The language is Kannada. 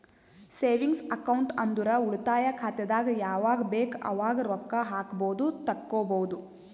ಸೇವಿಂಗ್ಸ್ ಅಕೌಂಟ್ ಅಂದುರ್ ಉಳಿತಾಯ ಖಾತೆದಾಗ್ ಯಾವಗ್ ಬೇಕ್ ಅವಾಗ್ ರೊಕ್ಕಾ ಹಾಕ್ಬೋದು ತೆಕ್ಕೊಬೋದು